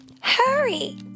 hurry